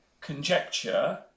conjecture